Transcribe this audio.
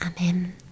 Amen